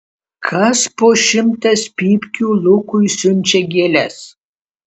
kas po šimtas pypkių lukui siunčia gėles